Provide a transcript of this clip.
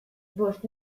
bost